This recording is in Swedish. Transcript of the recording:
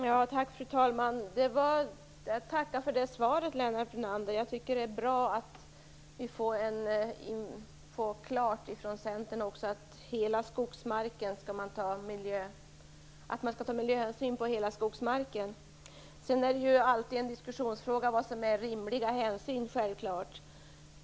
Fru talman! Jag tackar för det svaret, Lennart Brunander. Det är bra att få klarlagt att också Centern anser att man skall ta miljöhänsyn på hela skogsmarken. Det är självfallet alltid en diskussionsfråga vad som är rimliga hänsyn.